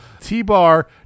T-Bar